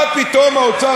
מה פתאום האוצר,